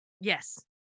Yes